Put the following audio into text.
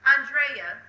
Andrea